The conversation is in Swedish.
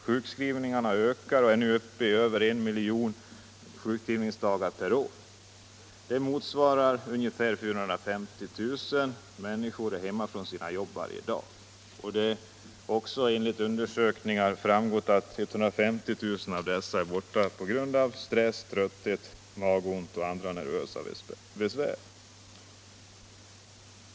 Sjukskrivningarna ökar och är nu uppe i över 100 miljoner sjukskrivningsdagar per år. Det motsvarar att ungefär 450 000 är borta från sina jobb varje dag. Undersökningar visar att ungefär 150 000 av dessa är borta på grund av stress, trötthet, magont och andra nervösa besvär.